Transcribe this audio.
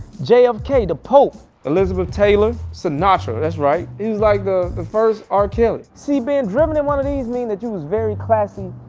jfk, the pope, elizabeth taylor, sinatra, that's right. he's like the the first r. kelly. seen being driven in one of these mean that you was very classy,